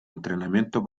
entrenamiento